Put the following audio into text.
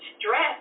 stress